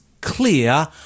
clear